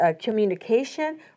communication